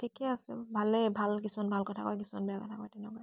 ঠিকে আছে ভালেই ভাল কিছুমান ভাল কথা কয় কিছুমান বেয়া কথা কয় তেনেকুৱা